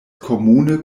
komune